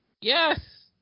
Yes